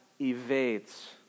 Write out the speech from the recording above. evades